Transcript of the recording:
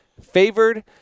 favored